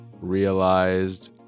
realized